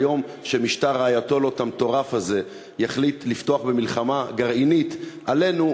ביום שמשטר האייטולות המטורף הזה יחליט לפתוח במלחמה גרעינית עלינו,